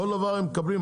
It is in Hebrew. כל דבר הם מקבלים?